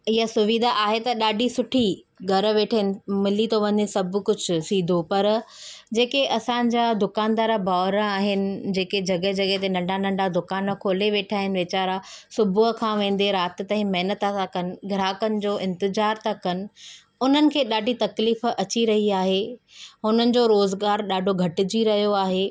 इहा सुविधा आहे त ॾाढी सुठी घरु वेठे मिली थो वञे सभु कुझु सीधो पर जेके असांजा दुकानदार भाउरु आहिन जेके जॻहि जॻहि ते नंढा नंढा दुकान खोले वेठा आहिनि वीचारा सुबुह खां वेंदे राति ताईं महिनत था कनि ग्राहकनि जो इंतिज़ार था कनि उन्हनि खे ॾाढी तकलीफ़ु अची रही आहे हुननि जो रोज़गारु ॾाढो घटिजी रहियो आहे